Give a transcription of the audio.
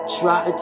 try